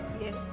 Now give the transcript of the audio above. Yes